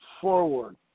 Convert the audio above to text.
forward